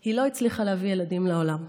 היא לא הצליחה להביא ילדים לעולם.